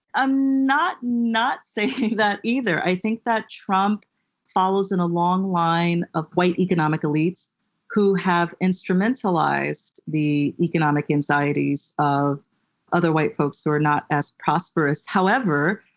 i'm not not saying that either. i think that trump follows in a long line of white economic elites who have instrumentalized the economic anxieties of other white folks who are not as prosperous. however,